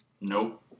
Nope